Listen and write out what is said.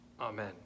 Amen